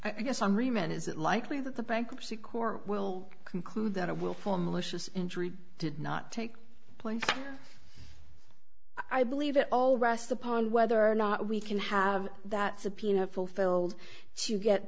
i guess i'm reman is it likely that the bankruptcy court will conclude that a will for malicious injury did not take place i believe it all rests upon whether or not we can have that subpoena fulfilled to get